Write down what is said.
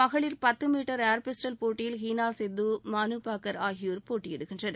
மகளிர் பத்து metre air pistol போட்டியில் ஹீனா சித்து மனு பாக்கர் ஆகியோர் போட்டியிடுகின்றனர்